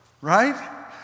right